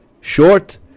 Short